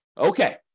Okay